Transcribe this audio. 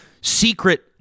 secret